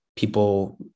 People